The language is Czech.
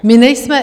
My nejsme...